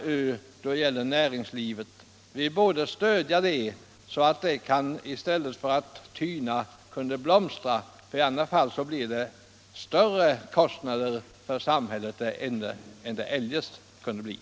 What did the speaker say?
Vi bör stödja Gotlands näringsliv så att det kan blomstra i stället för att tyna. Om vi inte gör det, blir samhällets kostnader större än de eljest behövde vara.